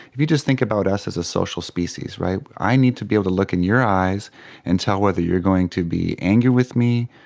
if you just think about us as a social species, i need to be able to look in your eyes and tell whether you're going to be angry with me,